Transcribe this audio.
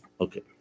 Okay